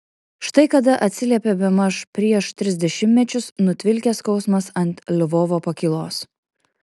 štai kada atsiliepė bemaž prieš tris dešimtmečius nutvilkęs skausmas ant lvovo pakylos